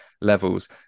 levels